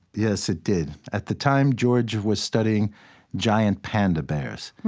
yes, it did. at the time, george was studying giant panda bears